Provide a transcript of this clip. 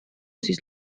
siis